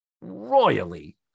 royally